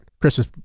Christmas